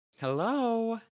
Hello